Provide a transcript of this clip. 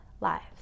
lives